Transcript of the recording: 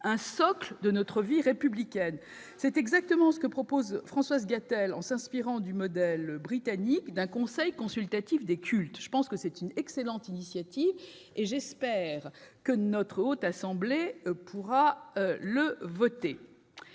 un socle de notre vie républicaine. C'est exactement ce que propose Françoise Gatel, en s'inspirant du modèle britannique de conseil consultatif des cultes. Je pense que c'est une excellente initiative, et j'espère que la Haute Assemblée votera